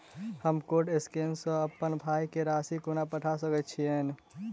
हम code scanner सँ अप्पन भाय केँ राशि कोना पठा सकैत छियैन?